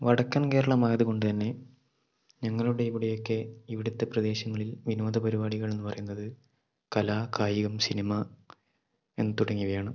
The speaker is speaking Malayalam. വടക്കൻ കേരളമായത് കൊണ്ട് തന്നെ ഞങ്ങളുടെ ഇവിടെയൊക്കെ ഇവിടുത്തെ പ്രദേശങ്ങളിൽ വിനോദ പരിപാടികളെന്ന് പറയുന്നത് കലാ കായികം സിനിമ എന്ന് തുടങ്ങിയവയാണ്